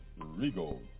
Regal